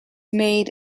made